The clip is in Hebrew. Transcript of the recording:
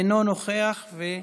אינו נוכח.